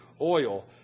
oil